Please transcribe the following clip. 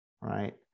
right